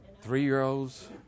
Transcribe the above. three-year-olds